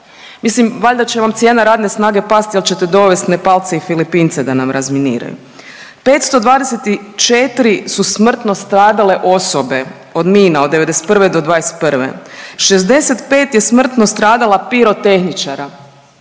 Mislim valjda će vam cijena radne snage past jel ćete dovest Nepalce i Filipince da nam razminiraju. 524 su smrtno stradale osobe od mina od '91.-'21., 65 je smrtno stradala pirotehničara,